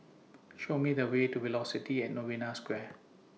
Show Me The Way to Velocity At Novena Square